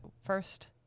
first